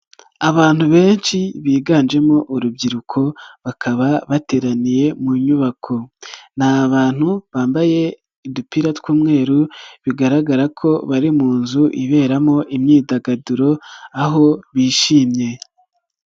Abantu benshi biganjemo urubyiruko bakaba bateraniye mu nyubako, ni abantu bambaye udupira tw'umweru bigaragara ko bari mu nzu iberamo imyidagaduro aho bishimye.